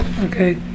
okay